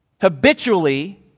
Habitually